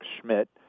Schmidt